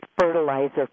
fertilizer